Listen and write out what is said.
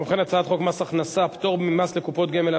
להעביר את הצעת חוק מס הכנסה (פטור ממס לקופות גמל על